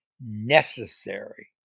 necessary